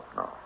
no